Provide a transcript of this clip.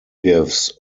gives